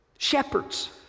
Shepherds